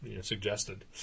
suggested